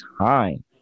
time